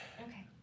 Okay